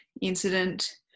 incident